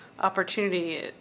opportunity